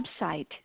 website